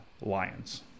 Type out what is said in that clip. Lions